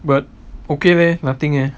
but okay leh nothing leh